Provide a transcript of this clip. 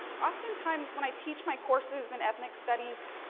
often times, when i teach my courses in ethnic studies,